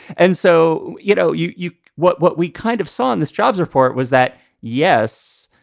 and so, you know, you you what what we kind of saw in this jobs report was that, yes,